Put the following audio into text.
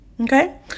Okay